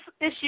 issue